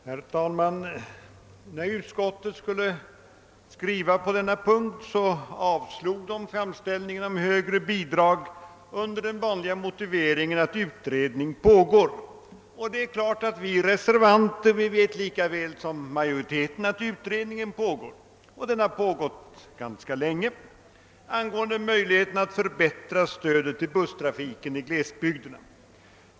Herr talman! När utskottet skulle skriva på denna punkt avstyrktes framställningen om högre bidrag under den vanliga motiveringen att utredning pågår. Visst vet vi reservanter lika väl som majoriteten att utredning pågår och har pågått ganska länge angående möjligheterna att förbättra stödet till busstrafiken i glesbygderna.